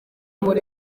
muri